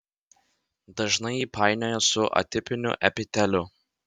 dažnai jį painioja su atipiniu epiteliu